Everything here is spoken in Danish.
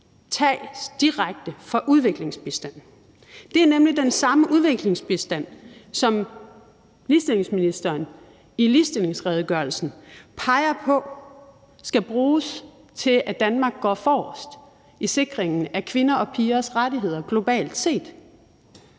tages direkte fra udviklingsbistanden. Det er nemlig den samme udviklingsbistand, som ligestillingsministeren i ligestillingsredegørelsen peger på skal bruges til, at Danmark går forrest i sikringen af kvinder og pigers rettigheder globalt set.